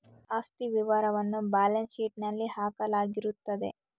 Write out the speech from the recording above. ಆಸ್ತಿ ವಿವರವನ್ನ ಬ್ಯಾಲೆನ್ಸ್ ಶೀಟ್ನಲ್ಲಿ ಹಾಕಲಾಗಿರುತ್ತದೆ